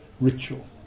ritual